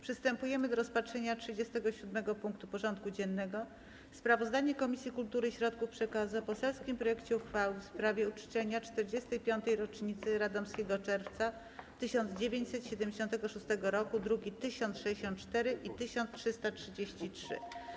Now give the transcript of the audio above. Przystępujemy do rozpatrzenia punktu 37. porządku dziennego: Sprawozdanie Komisji Kultury i Środków Przekazu o poselskim projekcie uchwały w sprawie uczczenia 45-tej rocznicy Radomskiego Czerwca 1976 roku (druki nr 1064 i 1333)